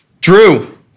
Drew